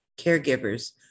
caregivers